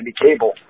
Cable